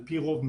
על-פי רוב,